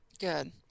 Good